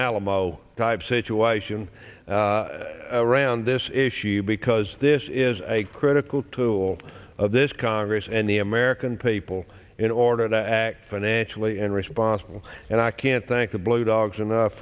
alamo type situation around this issue because this is a critical tool of this congress and the american people in order to act financially and responsible and i can't thank the blue dogs enough